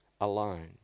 alone